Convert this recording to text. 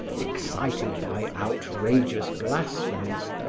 excited by outrageous blasphemies,